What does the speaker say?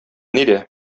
нидә